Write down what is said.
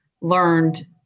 learned